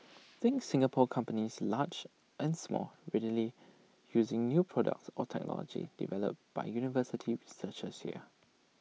think Singapore companies large and small readily using new products or technology developed by university researchers here